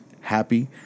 happy